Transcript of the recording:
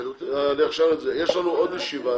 יש לנו עוד ישיבה,